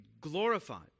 glorified